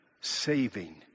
saving